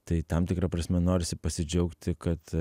tai tam tikra prasme norisi pasidžiaugti kad